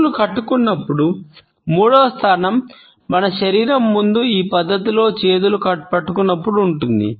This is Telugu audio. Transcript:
చేతులు కట్టుకున్న మూడవ స్థానం మన శరీరం ముందు ఈ పద్ధతిలో చేతులు పట్టుకున్నప్పుడు ఉంటుంది